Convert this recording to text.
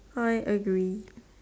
how I agree